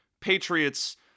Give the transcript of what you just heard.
Patriots